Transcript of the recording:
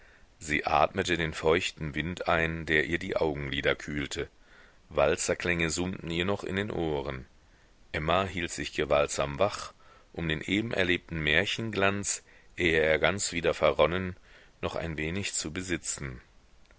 sie atmete den feuchten wind ein der ihr die augenlider kühlte walzerklänge summten ihr noch in den ohren emma hielt sich gewaltsam wach um den eben erlebten märchenglanz ehe er ganz wieder verronnen noch ein wenig zu besitzen